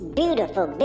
beautiful